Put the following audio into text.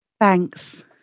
thanks